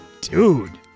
Dude